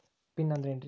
Pin ಅಂದ್ರೆ ಏನ್ರಿ?